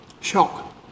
Shock